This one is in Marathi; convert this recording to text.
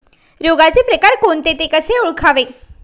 रोगाचे प्रकार कोणते? ते कसे ओळखावे?